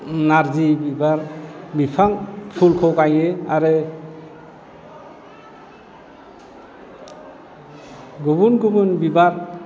नारजि बिबार बिफां फुलखौ गायनो आरो गुबुन गुबुन बिबार